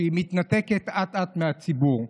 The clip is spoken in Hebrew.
שמתנתקת אט-אט מהציבור.